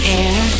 air